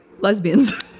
lesbians